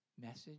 message